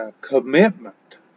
commitment